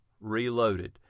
Reloaded